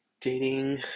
dating